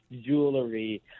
jewelry